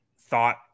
thought